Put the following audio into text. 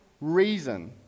reason